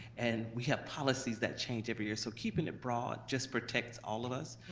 and we have policies that change every year. so keeping it broad just protects all of us,